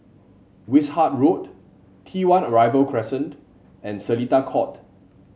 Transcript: Wishart Road T One Arrival Crescent and Seletar Court